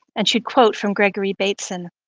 and she'd quote from gregory batesson,